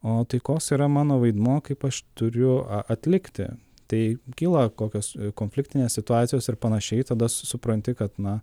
o taikos yra mano vaidmuo kaip aš turiu a atlikti tai kyla kokios konfliktinės situacijos ir panašiai tada supranti kad na